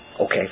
Okay